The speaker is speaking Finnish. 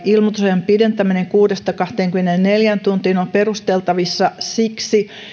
ilmoitusajan pidentäminen kuudesta kahteenkymmeneenneljään tuntiin on perusteltavissa siksi